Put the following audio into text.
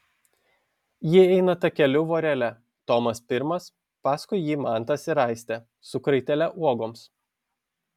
jie eina takeliu vorele tomas pirmas paskui jį mantas ir aistė su kraitele uogoms